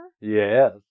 Yes